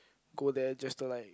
go there just to like